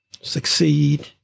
succeed